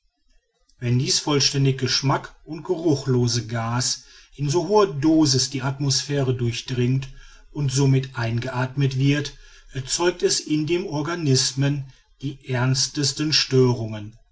wenn dies vollständig geschmack und geruchlose gas in so hoher dosis die atmosphäre durchdringt und somit eingeathmet wird erzeugt es in den organismen die ernstesten störungen